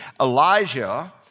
Elijah